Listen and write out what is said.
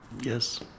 Yes